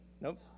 Nope